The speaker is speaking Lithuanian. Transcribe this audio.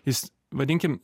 jis vadinkim